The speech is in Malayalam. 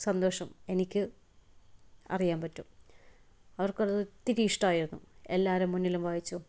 സന്തോഷം എനിക്ക് അറിയാൻ പറ്റും അവർക്കത് ഒത്തിരി ഇഷ്ടമായിരുന്നു എല്ലാരുടെ മുന്നിലും വായിച്ചും